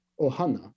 ohana